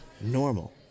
normal